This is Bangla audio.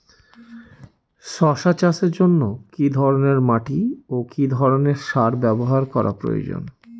শশা চাষের জন্য কি ধরণের মাটি ও কি ধরণের সার ব্যাবহার করা প্রয়োজন?